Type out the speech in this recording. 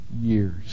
years